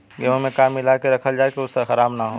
गेहूँ में का मिलाके रखल जाता कि उ खराब न हो?